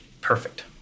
Perfect